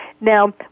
Now